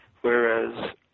whereas